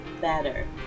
better